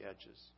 edges